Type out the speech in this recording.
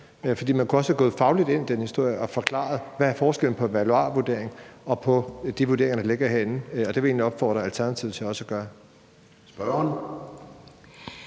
Man kunne også have gået fagligt ind i den historie og forklaret, hvad forskellen er på en valuarvurdering og på de vurderinger, der ligger herinde – og det vil jeg egentlig opfordre Alternativet til også at gøre.